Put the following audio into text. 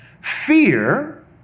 fear